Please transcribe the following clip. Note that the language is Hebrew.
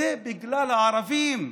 זה בגלל הערבים.